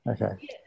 Okay